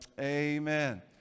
Amen